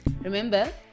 Remember